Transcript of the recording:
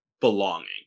belonging